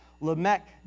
Lamech